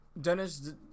Dennis